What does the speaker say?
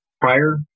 prior